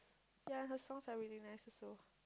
yea her songs are very nice also